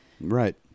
Right